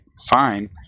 fine